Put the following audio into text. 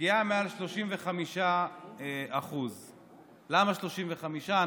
פגיעה מעל 35%. למה 35%?